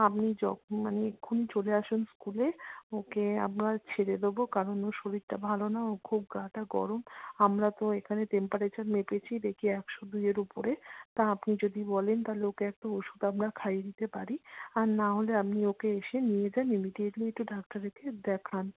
আপনি যখন মানে এক্ষুণি চলে আসুন স্কুলে ওকে আমরা ছেড়ে দেব কারণ ওর শরীরটা ভালো না ও খুব গাটা গরম আমরা তো এখানে টেম্পারেচার মেপেছি দেখি একশো দুইয়ের উপরে তা আপনি যদি বলেন তাহলে ওকে একটু ওষুধ আমরা খাইয়ে দিতে পারি আর নাহলে আপনি ওকে এসে নিয়ে যান ইমিডিয়েটলি একটু ডাক্তারকে দেখান